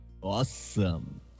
Awesome